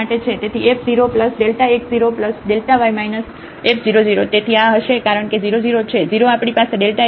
તેથી f 0 x 0 yમાઈનસ f 0 0 તેથી આ હશે કારણ કે 0 0 છે 0 આપણી પાસેxyછે